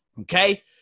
okay